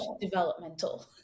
developmental